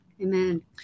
Amen